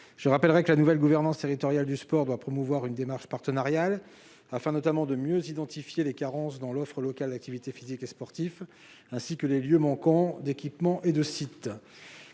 Rappelons que la nouvelle gouvernance territoriale du sport doit promouvoir une démarche partenariale, afin notamment de mieux identifier les carences dans l'offre locale d'activités physiques et sportives, ainsi que les lieux manquant d'équipements et de sites.